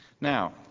Now